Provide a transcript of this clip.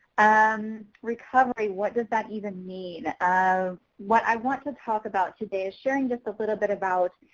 um recovery, what does that even mean? um what i want to talk about today is sharing just a little bit about